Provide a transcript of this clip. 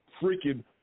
freaking